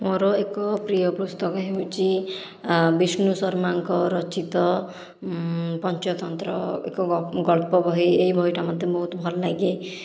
ମୋର ଏକ ପ୍ରିୟ ପୁସ୍ତକ ହେଉଛି ବିଷ୍ଣୁ ଶର୍ମାଙ୍କ ରଚିତ ପଞ୍ଚତନ୍ତ୍ର ଏକ ଗପ ଏକ ଗଳ୍ପ ବହି ଏଇ ବହିଟା ମୋତେ ବହୁତ ଭଲ ଲାଗେ